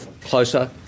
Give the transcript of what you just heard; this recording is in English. closer